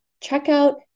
checkout